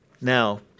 now